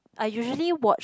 I usually watch